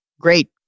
Great